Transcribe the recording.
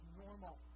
normal